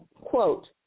Quote